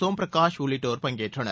சோம் பிரகாஷ் உள்ளிட்டோர் பங்கேற்றனர்